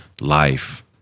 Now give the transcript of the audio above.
life